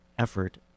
effort